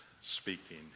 speaking